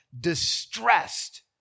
distressed